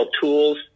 tools